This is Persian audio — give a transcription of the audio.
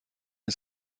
این